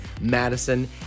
Madison